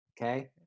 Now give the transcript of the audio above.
okay